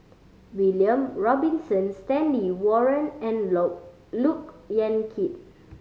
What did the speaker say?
William Robinson Stanley Warren and Look Yan Kit